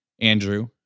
Andrew